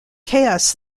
chaos